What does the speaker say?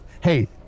Hey